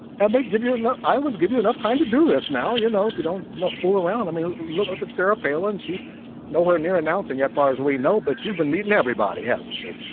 and may give you a nut i was give you enough time to do this now you know if you don't know fool around i mean look look at sarah palin she's nowhere near announcing yet far as we know but she's been meeting everybody hasn't she